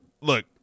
look